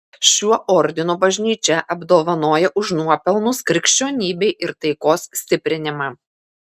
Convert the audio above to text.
šiuo ordinu bažnyčia apdovanoja už nuopelnus krikščionybei ir taikos stiprinimą